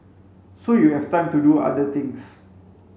so you have time to do other things